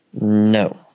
No